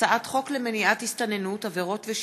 הצעת חוק למניעת הסתננות (עבירות ושיפוט)